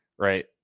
right